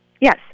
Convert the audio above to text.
Yes